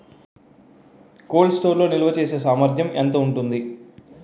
Cold storage లో నిల్వచేసేసామర్థ్యం ఎంత ఉంటుంది?